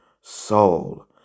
Soul